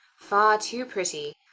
far too pretty.